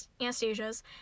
Anastasia's